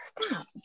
Stop